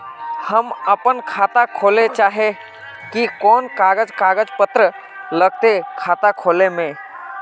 हम अपन खाता खोले चाहे ही कोन कागज कागज पत्तार लगते खाता खोले में?